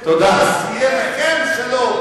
אז יהיה לכם שלום.